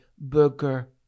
burger